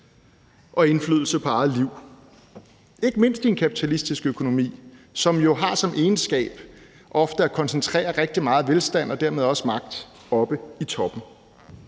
og indflydelse på eget liv, ikke mindst i en kapitalistisk økonomi, som jo har som egenskab ofte at koncentrere rigtig meget velstand og dermed også magt oppe i toppen.